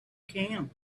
camp